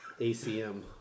ACM